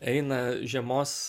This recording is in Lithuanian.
eina žiemos